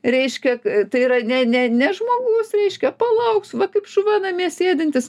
reiškia tai yra ne ne ne žmogus reiškia palauks va kaip šuva namie sėdintis